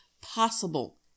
possible